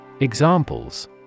Examples